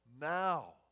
now